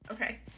Okay